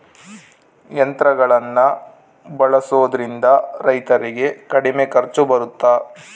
ಯಂತ್ರಗಳನ್ನ ಬಳಸೊದ್ರಿಂದ ರೈತರಿಗೆ ಕಡಿಮೆ ಖರ್ಚು ಬರುತ್ತಾ?